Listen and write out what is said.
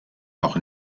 auch